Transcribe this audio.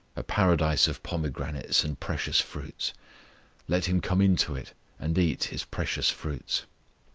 a paradise of pomegranates and precious fruits let him come into it and eat his precious fruits.